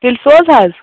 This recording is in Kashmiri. تیٚلہِ سوزٕ حظ